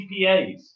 CPAs